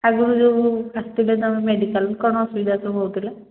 ଆଗରୁ ଯେଉଁ ଆସିଥିଲେ ତୁମେ ମେଡ଼ିକାଲ କ'ଣ ଅସୁବିଧା ସବୁ ହଉଥିଲା